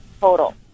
total